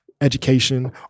education